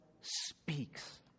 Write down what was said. speaks